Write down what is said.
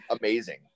amazing